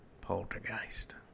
poltergeist